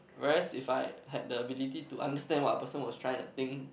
whereas if I had the ability to understand what a person was tryna think